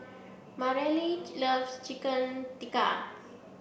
Mareli loves Chicken Tikka